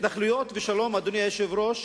התנחלויות ושלום, אדוני היושב-ראש,